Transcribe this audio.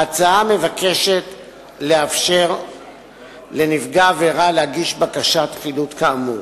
ההצעה מבקשת לאפשר לנפגע עבירה להגיש בקשת חילוט כאמור.